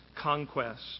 conquest